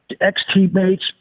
ex-teammates